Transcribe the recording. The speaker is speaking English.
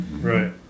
Right